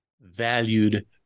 valued